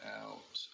out